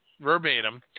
verbatim